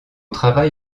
travail